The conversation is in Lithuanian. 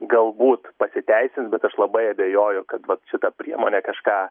galbūt pasiteisins bet aš labai abejoju kad vat šita priemonė kažką